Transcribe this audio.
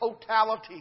totality